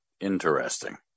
Interesting